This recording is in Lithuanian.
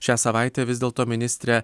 šią savaitę vis dėlto ministrę